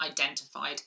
identified